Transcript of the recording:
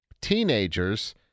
teenagers